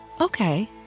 Okay